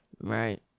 right